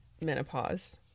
menopause